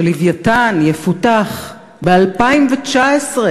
ש"לווייתן" יפותח ב-2019,